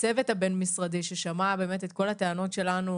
הצוות הבין-משרדי ששמע את כל הטענות שלנו,